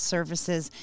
Services